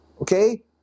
Okay